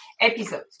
episode